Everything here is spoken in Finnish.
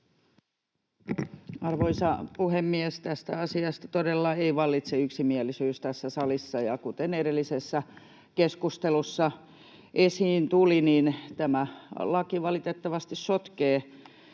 Arvoisa puhemies! Tästä asiasta todella ei vallitse yksimielisyys tässä salissa, ja kuten edellisessä keskustelussa esiin tuli, niin tämä laki valitettavasti sotkee